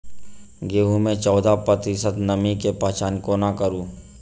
गेंहूँ मे चौदह प्रतिशत नमी केँ पहचान कोना करू?